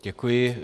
Děkuji.